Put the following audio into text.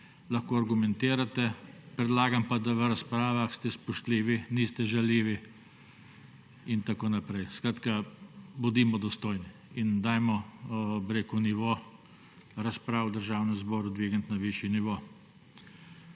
Lahko argumentirate. Predlagam pa, da v razpravah ste spoštljivi, niste žaljivi in tako naprej. Skratka, bodimo dostojni in dajmo nivo razprav v državnem zboru dvigniti na višji nivo.